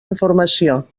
informació